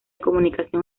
comunicación